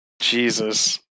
Jesus